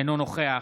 אינו נוכח